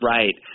Right